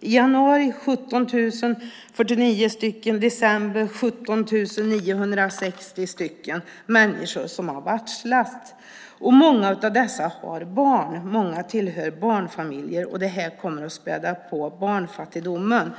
januari var det 17 049 och i december 17 960 människor som varslades. Många av dessa har barn, och många tillhör barnfamiljer, och det här kommer att späda på barnfattigdomen.